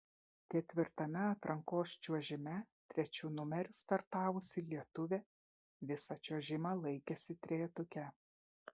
ketvirtame atrankos čiuožime trečiu numeriu startavusi lietuvė visą čiuožimą laikėsi trejetuke